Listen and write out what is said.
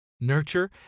nurture